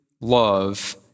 love